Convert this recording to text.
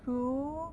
true